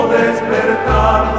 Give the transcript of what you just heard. despertar